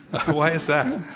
why is that?